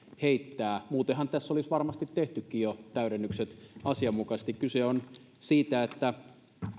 heittää muutenhan tässä olisi varmasti tehtykin jo täydennykset asianmukaisesti kyse on siitä että